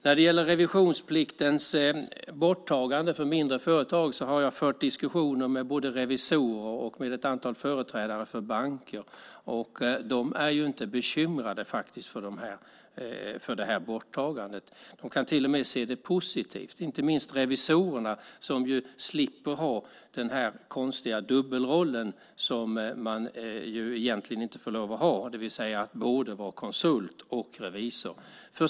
När det gäller revisionspliktens borttagande för mindre företag har jag fört diskussioner med både revisorer och ett antal företrädare för banker. De är inte bekymrade för borttagandet. De kan till och med se det positivt, inte minst revisorerna, som slipper ha den konstiga dubbelrollen som man egentligen inte får lov att ha, det vill säga att vara både konsult och revisor.